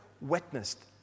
witnessed